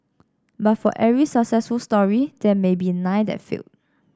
but for every successful story there may be nine that failed